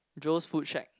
Joe's food shack